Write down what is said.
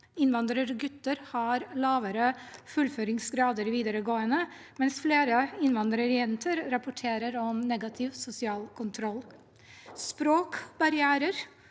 Innvandrergutter har lavere gjennomføringsgrad i videregående utdanning, mens flere innvandrerjenter rapporterer om negativ sosial kontroll. Språkbarrierer,